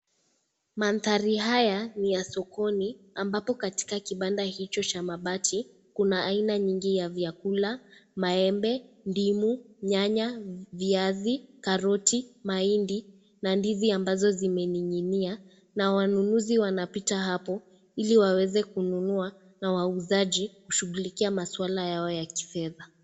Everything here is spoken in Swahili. Mandhari haya ni ya sokoni, ambapo katika kibanda hicho cha mabati kuna aina nyingi ya vyakula, maembe, ndimu, nyanya, viazi, karoti, mahindi na ndizi ambazo zimening'inia, na wanunuzi wanapita hapo, ili waweze kununua na wauzaji kushughulikia masuala yao ya kifedha.